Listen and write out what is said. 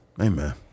amen